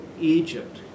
Egypt